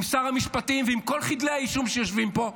עם שר המשפטים ועם כל חדלי האישים שיושבים פה,